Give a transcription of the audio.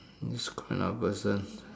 describe another person